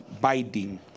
biding